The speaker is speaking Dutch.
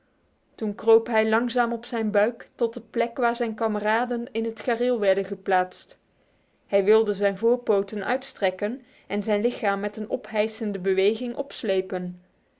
toen kroop hij langzaam op zijn buik tot de plek waar zijn kameraden in het gareel werden geplaatst hij wilde zijn voorpoten uitstrekken en zijn lichaam met een ophijsende beweging opslepen